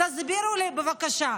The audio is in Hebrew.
תסבירו לי בבקשה,